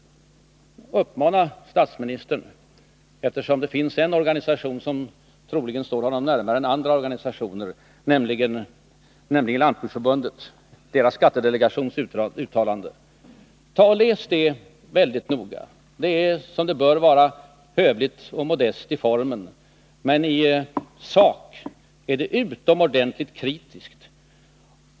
Eftersom det finns en organisation som troligen står statsministern närmare än andra organisationer, nämligen Lantbruksförbundet, vill jag uppmana statsministern att noga läsa dess skattedelegations uttalande. Det är som det bör vara hövligt och modest i formen, men i sak är det utomordentligt kritiskt.